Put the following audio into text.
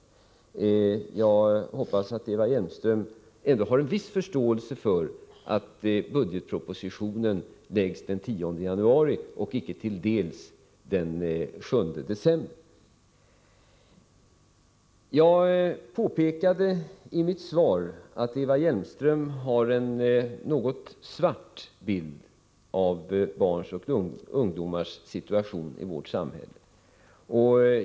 Jag hoppas att Eva Hjelmström har viss förståelse för att budgetpropositionen framläggs den 10 januari och icke till dels den 7 december. Jag påpekade i mitt svar att Eva Hjelmström har en något svart bild av barns och ungdomars situation i vårt samhälle.